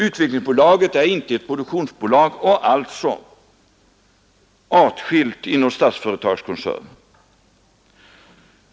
Utvecklingsbolaget är inte ett produktionsbolag och alltså artskilt inom Statsföretagskoncernen.